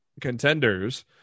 contenders